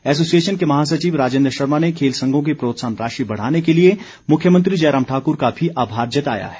association के महासचिव राजेन्द्र शर्मा ने खेल संघों की प्रोत्साहन राशि बढ़ाने के लिए मुख्यमंत्री जयराम ठाकुर का भी आभार जताया है